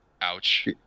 Ouch